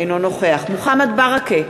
אינו נוכח מוחמד ברכה,